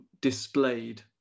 displayed